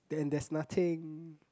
then there's nothing